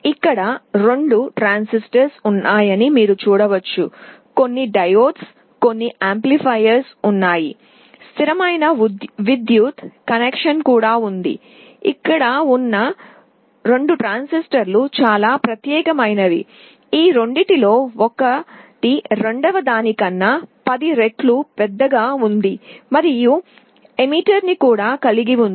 ఇక్కడ రెండు ట్రాన్సిస్టర్లు ఉన్నాయని మీరు చూస్తారు కొన్ని డయోడ్లు కొన్ని యాంప్లిఫైయర్లు ఉన్నాయి స్థిరమైన విద్యుత్ కనెక్షన్ కూడా ఉంది ఇక్కడ వున్న 2 ట్రాన్సిస్టర్లు చాల ప్రత్యేకమైనవి ఈ రెండిటిలో ఒకటి రెండవ దాని కన్నా 10 రెట్లు పెద్దగా ఉంది మరియు ఎమిటర్ ని కూడా కలిగిఉంది